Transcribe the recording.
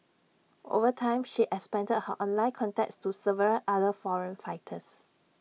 over time she expanded her online contacts to several other foreign fighters